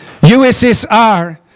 USSR